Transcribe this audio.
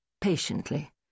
patiently